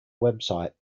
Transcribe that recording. website